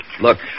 Look